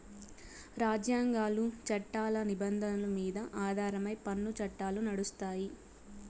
రాజ్యాంగాలు, చట్టాల నిబంధనల మీద ఆధారమై పన్ను చట్టాలు నడుస్తాయి